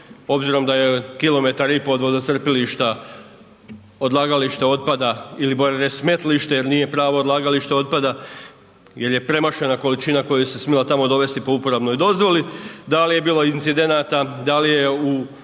obzirom da je kilometar i pol od vodocrpilišta odlagalište otpada ili bolje reći smetlište jer nije pravo odlagalište otpada jer je premašena količina koja se smjela tamo dovesti po uporabnoj dozvoli. Da li je bilo incidenata, da li je u